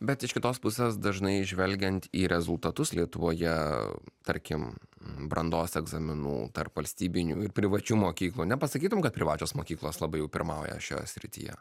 bet iš kitos pusės dažnai žvelgiant į rezultatus lietuvoje tarkim brandos egzaminų tarp valstybinių ir privačių mokyklų nepasakytum kad privačios mokyklos labai jau pirmauja šioje srityje